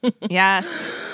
Yes